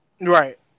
Right